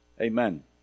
Amen